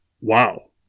Wow